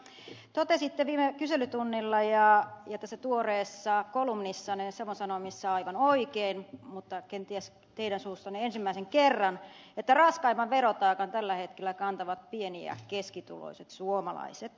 totesitte viime kyselytunnilla ja tässä tuoreessa kolumnissanne savon sanomissa aivan oikein mutta kenties teidän suussanne ensimmäisen kerran että raskaimman verotaakan tällä hetkellä kantavat pieni ja keskituloiset suomalaiset